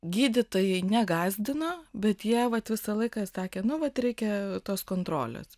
gydytojai negąsdino bet jie vat visą laiką sakė nu vat reikia tos kontrolės